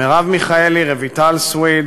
מרב מיכאלי, רויטל סויד,